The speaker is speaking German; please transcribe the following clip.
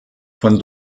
von